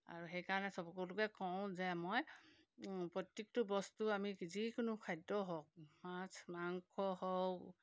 আৰু সেইকাৰণে চব সকলোকে কওঁ যে মই প্ৰত্যেকটো বস্তু আমি যিকোনো খাদ্য হওক মাছ মাংস হওক